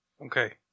okay